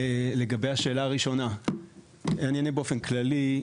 לגבי השאלה הראשונה אני אענה באופן כללי,